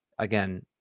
Again